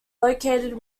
located